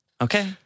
Okay